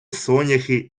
соняхи